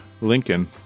Lincoln